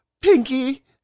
Pinky